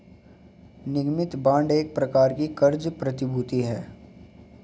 निगमित बांड एक प्रकार की क़र्ज़ प्रतिभूति है